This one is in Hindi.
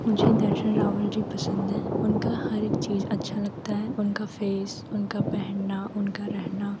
मुझे दर्शन रावल जी पसंद है उनका हर एक चीज़ अच्छा लगता है उनका फेस उनका पहनना उनका रहना